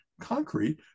concrete